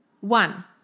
One